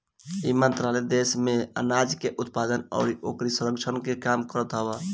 इ मंत्रालय देस में आनाज के उत्पादन अउरी ओकरी संरक्षण के काम करत हवे